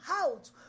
out